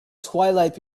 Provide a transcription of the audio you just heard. twilight